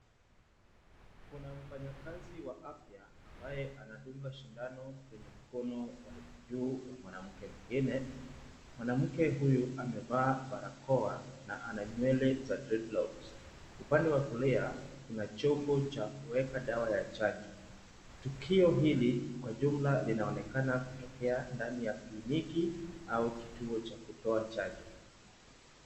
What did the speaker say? Kuna mfanyakazi wa afya ambaye anadunga sindano kwenye mkono wa juu wa mwanamke mwingine. Mwanamke huyu amevaa barakoa na ana nywele za dreadlocks . Upande wa kulia kuna chombo cha kuweka dawa ya chanjo. Tukio hili kwa jumla linaonekana kutokea ndani ya kliniki au kituo cha kutoa chanjo.